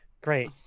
Great